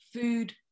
food